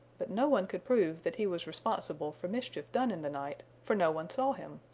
but no one could prove that he was responsible for mischief done in the night, for no one saw him.